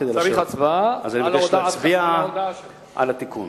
להצביע על התיקון.